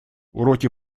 уроки